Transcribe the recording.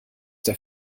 der